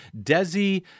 Desi